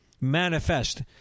manifest